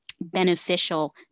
beneficial